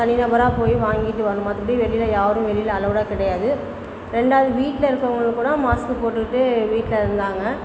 தனிநபராக போய் வாங்கிகிட்டு வரணும் மற்றபடி யாரும் வெளியில யாரும் வெளியில ஆளோடு கிடையாது ரெண்டாவது வீட்டில் இருக்கவங்களுக்கு எல்லாம் மாஸ்க்கு போட்டு வீட்டில் இருந்தாங்க